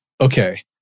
okay